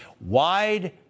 Wide